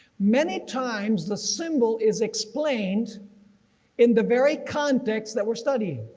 many times the symbol is explained in the very context that we're studying,